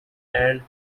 and